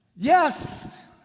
Yes